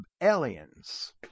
aliens